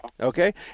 Okay